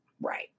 Right